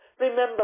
Remember